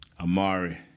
Amari